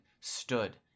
stood